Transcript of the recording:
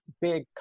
big